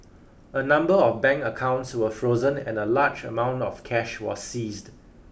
a number of bank accounts were frozen and a large amount of cash was seized